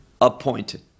appointed